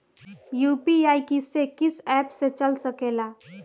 UPI किस्से कीस app से चल सकेला?